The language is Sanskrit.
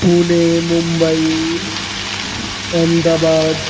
पूने मुम्बै अह्म्दाबाद्